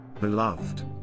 Beloved